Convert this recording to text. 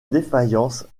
défaillance